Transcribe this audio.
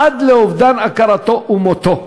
עד לאובדן הכרתו ומותו.